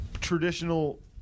Traditional